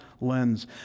lens